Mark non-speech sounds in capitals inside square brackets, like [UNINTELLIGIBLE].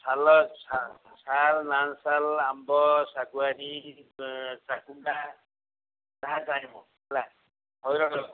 [UNINTELLIGIBLE] ଶାଳ ଆମ୍ବ ଶାଗୁଆନି ଇ ଚାକୁଣ୍ଡା ଯାହା ଚାହିଁବ ହେଲା [UNINTELLIGIBLE]